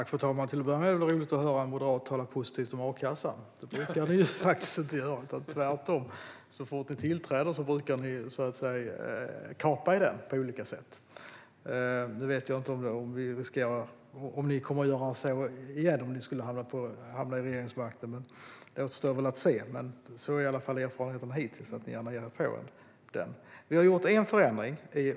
Fru talman! Till att börja med är det roligt att höra en moderat tala positivt om a-kassan. Det brukar ni inte göra, utan tvärtom: Så fort ni tillträder brukar ni kapa i den på olika sätt. Nu vet jag inte om ni kommer att göra så igen om ni skulle hamna vid regeringsmakten. Det återstår att se. Men erfarenheten hittills är att ni gärna ger er på den. Vi har gjort en förändring.